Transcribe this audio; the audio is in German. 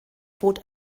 bot